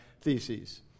theses